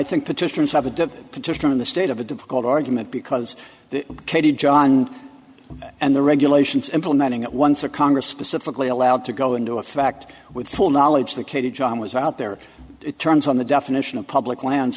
in the state of a difficult argument because katie john and the regulations implementing it once the congress specifically allowed to go into effect with full knowledge that katie john was out there it turns on the definition of public lands